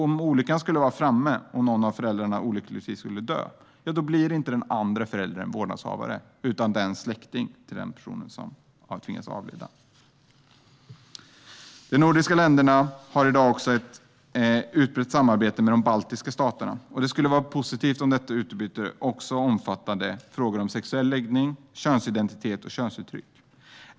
Om olyckan skulle vara framme och någon av föräldrarna skulle dö blir inte den andra föräldern vårdnadshavare, utan det blir i stället en släkting till den person som har avlidit. De nordiska länderna har i dag också ett utbrett samarbete med de baltiska staterna. Det skulle vara positivt om detta utbyte också omfattade frågor om sexuell läggning, könsidentitet och könsuttryck.